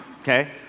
okay